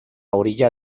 orilla